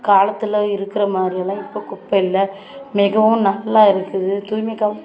காலத்தில் இருக்கிறமாரியெல்லாம் இப்போ குப்பை இல்லை மிகவும் நல்லா இருக்குது தூய்மை காவலர்